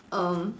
err